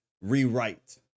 rewrite